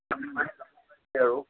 আৰু